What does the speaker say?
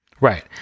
Right